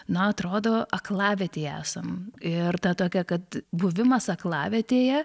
na atrodo aklavietėj esam ir ta tokia kad buvimas aklavietėje